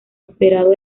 esperado